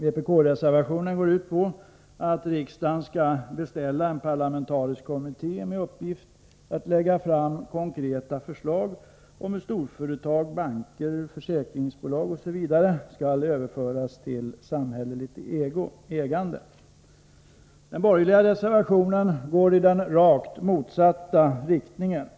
Vpk-reservationen går ut på att riksdagen skall beställa en parlamentarisk kommitté med uppgift att lägga fram konkreta förslag om hur storföretag, banker, försäkringsbolag osv. skall överföras till samhälleligt ägande. Den borgerliga reservationen går i den rakt motsatta riktningen.